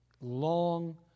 long